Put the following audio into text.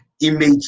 image